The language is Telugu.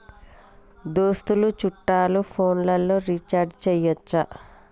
దోస్తులు చుట్టాలు ఫోన్లలో రీఛార్జి చేయచ్చా?